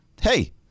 Hey